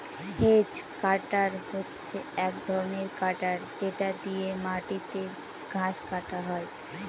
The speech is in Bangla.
হেজ কাটার হচ্ছে এক ধরনের কাটার যেটা দিয়ে মাটিতে ঘাস কাটা হয়